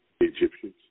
Egyptians